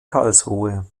karlsruhe